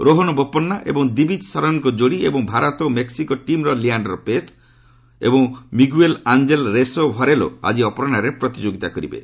ରୋହନ ବୋପନ୍ନା ଏବଂ ଦ୍ୱିବିଜ୍ ସରନ୍ଙ୍କ ଯୋଡ଼ି ଏବଂ ଭାରତ ଓ ମେସ୍କିକୋ ଟିମ୍ର ଲିଆଶ୍ଡର ପେସ୍ ଏବଂ ମିଗୁଏଲ୍ ଆଞ୍ଜେଲ୍ ରେସ୍ ଭରେଲା ଆଜି ଅପରାହ୍ନରେ ପ୍ରତିଯୋଗିତା କରିବେ